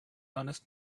honest